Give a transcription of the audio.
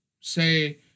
say